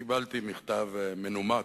וקיבלתי מכתב מנומק,